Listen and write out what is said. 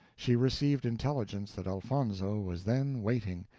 she received intelligence that elfonzo was then waiting,